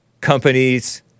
companies